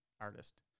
artist